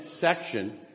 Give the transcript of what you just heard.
section